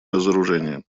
разоружение